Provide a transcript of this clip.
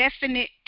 definite